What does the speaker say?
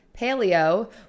Paleo